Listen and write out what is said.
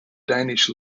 danish